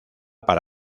para